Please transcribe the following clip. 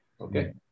Okay